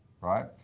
right